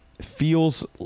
feels